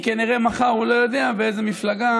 כי כנראה מחר הוא לא יודע באיזה מפלגה